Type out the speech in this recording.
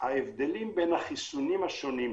ההבדלים בין החיסונים השונים,